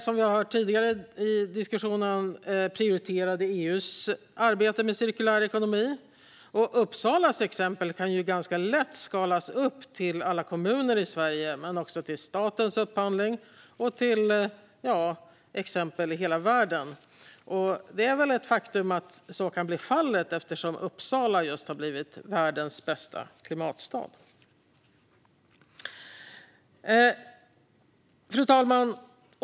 Som vi har hört tidigare i diskussionen är plastfrågorna prioriterade i EU:s arbete med cirkulär ekonomi. Uppsalas exempel kan ganska lätt skalas upp till alla kommuner i Sverige men även till statens upphandling - och faktiskt till hela världen. Det är väl ett faktum att så kan bli fallet, eftersom Uppsala just har utsetts till världens bästa klimatstad. Fru talman!